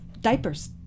diapers